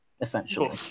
essentially